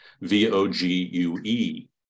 V-O-G-U-E